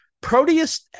proteus